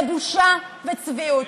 זה בושה וצביעות.